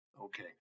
Okay